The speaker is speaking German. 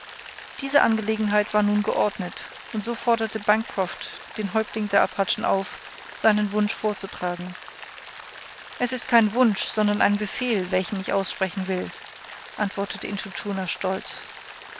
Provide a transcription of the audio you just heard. diese angelegenheit war nun geordnet und so forderte bancroft den häuptling der apachen auf seinen wunsch vorzutragen es ist kein wunsch sondern ein befehl welchen ich aussprechen will antwortete intschu tschuna stolz